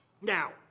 Now